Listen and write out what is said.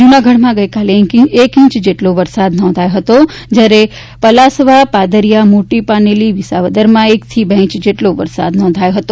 જૂનાગઢમાં ગઇકાલે એક ઇંચ જેટલો વરસાદ નોંધાયો જયારે પલાસવા પાદરીયા મોટી પાનેલી વિસાવદરમાં એકથી બે ઇંચ જેટલો વરસાદ નોંધાયો હતો